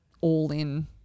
all-in